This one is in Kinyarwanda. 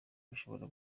bishobora